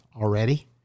already